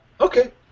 okay